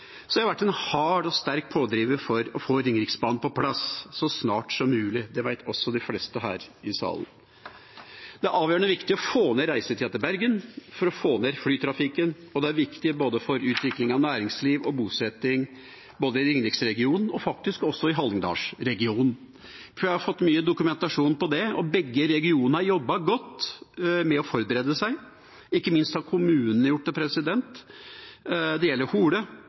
så snart som mulig. Det vet også de fleste her i salen. Det er avgjørende viktig å få ned reisetida til Bergen for å få ned flytrafikken, og det er viktig for både utvikling av næringsliv og bosetting, både i ringeriksregionen og faktisk også i hallingdalsregionen. Vi har fått mye dokumentasjon på det, og begge regionene har jobbet godt med å forberede seg. Ikke minst har kommunene gjort det. Det gjelder